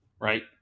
right